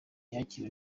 yakiriwe